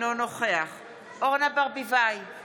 אינו נוכח אורנה ברביבאי,